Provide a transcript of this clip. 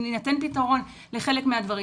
אם יינתן פתרון לחלק מהדברים,